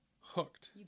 hooked